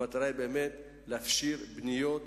המטרה היא באמת לאפשר בנייה,